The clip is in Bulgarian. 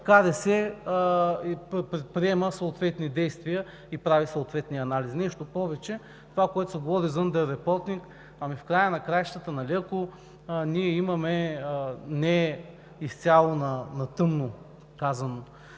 него се предприемат съответни действия и прави съответни анализи. Нещо повече, това, което се говори за under reporting, в края на краищата нали, ако ние имаме не изцяло, а на тъмно, казвам,